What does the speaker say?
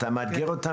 אתה מאתגר אותם